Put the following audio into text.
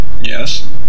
Yes